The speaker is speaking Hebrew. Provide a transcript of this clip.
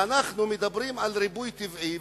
אנחנו מדברים על ריבוי טבעי,